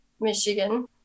Michigan